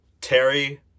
Terry